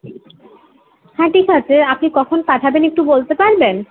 হ্যাঁ ঠিক আছে আপনি কখন পাঠাবেন একটু বলতে পারবেন